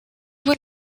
one